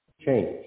Change